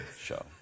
show